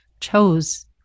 chose